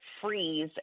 freeze